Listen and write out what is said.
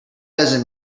doesn’t